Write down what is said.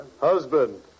Husband